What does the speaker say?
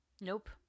Nope